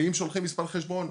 ואם שולחים מספר חשבון,